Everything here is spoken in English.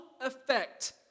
effect